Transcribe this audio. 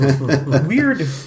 Weird